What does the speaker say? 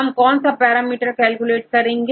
हम कौन सा पैरामीटर कैलकुलेट करेंगे